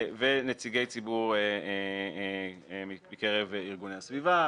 ונציגי ציבור מקרב ארגוני הסביבה,